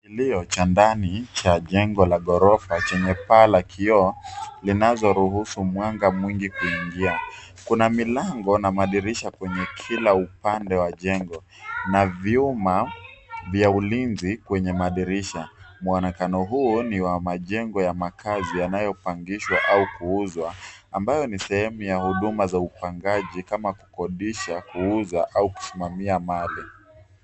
Kilio cha ndani cha jengo la gorofa chenye paa la kioo zinazoruhusu mwanga mwingi kuingia. Kuna milango na madirisha kwenye kila upande wa jengo, na vyuma vya ulinzi kwenye madirisha muoenekano huo ni wa majengo ya makazi yanayo pangishwa au kuuzwa ambayo ni sehemu ya huduma za upangaji kama kukodisha, kuuza au kusimamia mali.